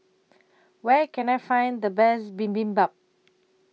Where Can I Find The Best Bibimbap